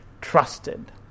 trusted